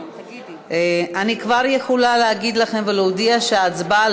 אני כבר יכולה להגיד לכם ולהודיע שההצבעה